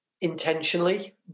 intentionally